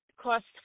cost